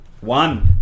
One